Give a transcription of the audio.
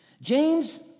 James